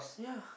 yeah